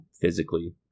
Physically